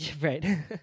right